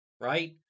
right